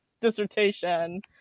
dissertation